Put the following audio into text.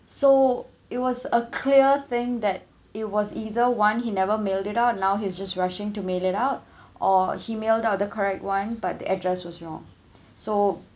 so it was a clear thing that it was either one he never mailed it out now he is just rushing to mail it out or he mailed out the correct one but the address was wrong so